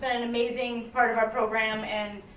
but an amazing part of our program and